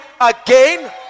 again